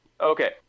Okay